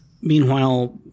Meanwhile